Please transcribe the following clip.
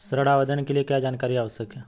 ऋण आवेदन के लिए क्या जानकारी आवश्यक है?